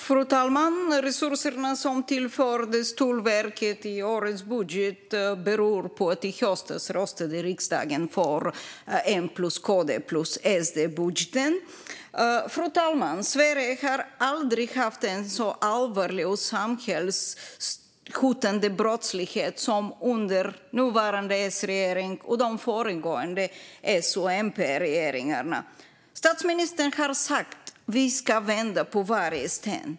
Fru talman! De resurser som tillfördes Tullverket i årets budget beror på att riksdagen i höstas röstade för M-KD-SD-budgeten. Sverige har aldrig haft en så allvarlig och samhällshotande brottslighet som under nuvarande S-regering och de föregående S-MP-regeringarna. Statsministern har sagt: "Vi ska vända på varje sten."